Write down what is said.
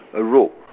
a rope